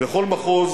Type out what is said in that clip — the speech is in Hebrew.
בכל מחוז